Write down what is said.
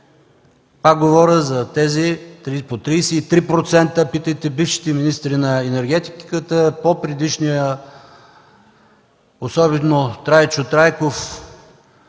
говоря за тези под 33%. Питайте бившите министри за енергетиката, по-предишния, особено Трайчо Трайков.